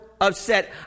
upset